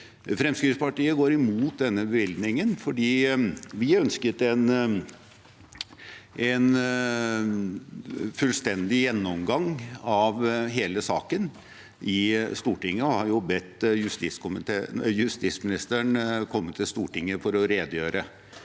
Fremskrittspartiet går imot denne bevilgningen fordi vi har ønsket en fullstendig gjennomgang av hele saken i Stortinget og har bedt justisministeren komme til Stortinget for å redegjøre.